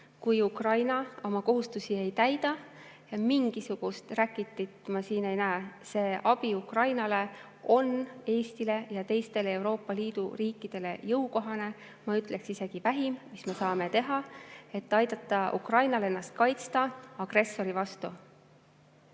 kui Ukraina oma kohustusi ei täida. Mingisugust räkitit ma siin ei näe. See abi Ukrainale on Eestile ja teistele Euroopa Liidu riikidele jõukohane, ma ütleksin, isegi vähim, mis me saame teha, et aidata Ukrainal ennast kaitsta agressori vastu.